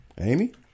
Amy